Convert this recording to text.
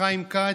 חיים כץ: